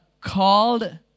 called